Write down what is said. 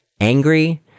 angry